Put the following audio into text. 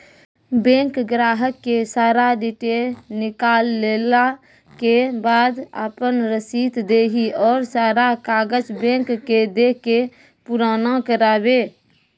Bank ग्राहक के सारा डीटेल निकालैला के बाद आपन रसीद देहि और सारा कागज बैंक के दे के पुराना करावे?